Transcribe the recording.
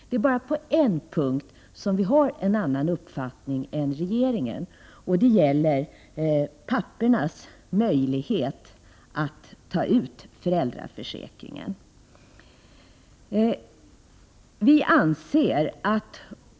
Det är bara på en punkt som vi har en annan uppfattning än regeringen. Det gäller pappornas möjligheter att utnyttja föräldraförsäkringen.